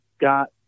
got